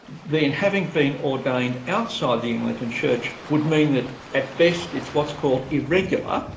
then having been ordained outside the anglican church would mean that at best it's what's called irregular.